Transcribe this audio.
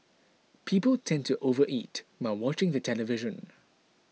people tend to overeat while watching the television